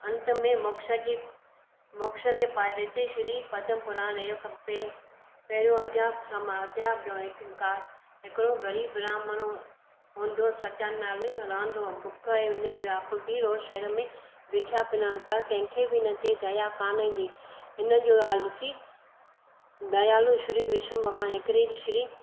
अंत में मोक्ष जी मोक्ष खे पाए रेति श्री पदम पुराण इहो खपे पहिरियों अध्याय समाप्त अध्याय ॿियों हिकु हिकिड़ो ग़रीब ब्राम्हन हूंदो सत्या नाले रहंदो हो भुख ऐं उञ में व्याकुल थी रोज़ु शहर में भिखिया पिना पर कंहिंखे बि हिन ते दया कोन ईंदी हिनजो हालु ॾिसी दयालू श्री विष्णु भॻवानु हिकिड़े श्री